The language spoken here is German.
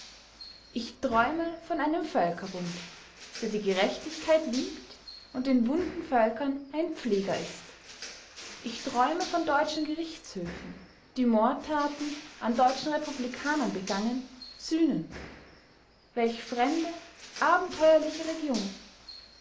ich träume von einem völkerbund der die gerechtigkeit liebt und den wunden völkern ein pfleger ist ich träume von deutschen gerichtshöfen die mordtaten an deutschen republikanern begangen sühnen welch fremde abenteuerliche region